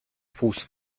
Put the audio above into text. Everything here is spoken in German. fuß